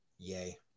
Yay